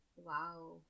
Wow